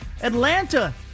Atlanta